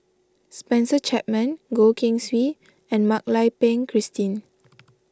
Spencer Chapman Goh Keng Swee and Mak Lai Peng Christine